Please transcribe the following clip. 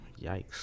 Yikes